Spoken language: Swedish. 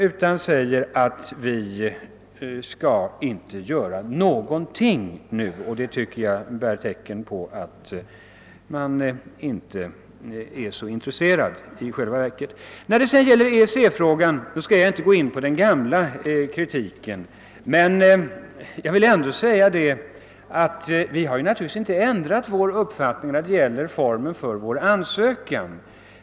Han säger att vi inte skall göra någonting just nu, vilket jag tycker vittnar om att man i själva verket inte är så intresserad. I fråga om EEC skall jag inte gå in på den gamla kritiken men vill ändå framhålla, att vi naturligtvis inte ändrat vår uppfattning när det gäller formen för ansökan.